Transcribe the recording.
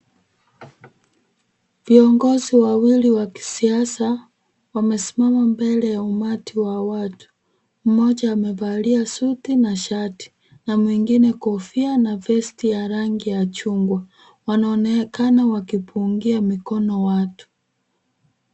Viongozi wawili wa kisiasa wamesimama mbele ya umati wa watu. Mmoja amevalia suti na shati na mwingine kofia na vesti ya rangi ya chungwa. Wanaonekana wakipungia mkono watu.